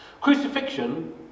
Crucifixion